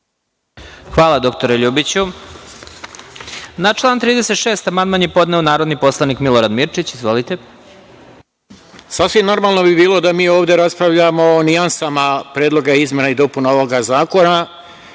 Hvala, dr Ljubiću. Na član 36. amandman je podneo narodni poslanik Milorad Mirčić. Izvolite. **Milorad Mirčić** Sasvim normalno bi bilo da mi ovde raspravljamo o nijansama Predloga izmena i dopuna ovog zakona,